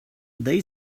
they